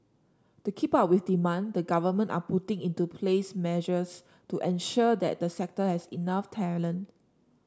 to keep up with demand the government are putting into place measures to ensure that the sector has enough talent